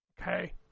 Okay